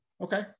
Okay